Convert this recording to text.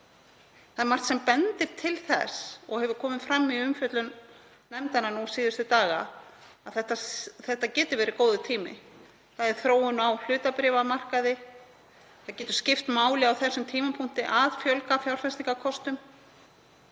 Það er margt sem bendir til þess og hefur komið fram í umfjöllun nefndarinnar síðustu daga að þetta geti verið góður tími. Það er þróun á hlutabréfamarkaði. Það getur skipt máli á þessum tímapunkti að fjölga fjárfestingarkostum.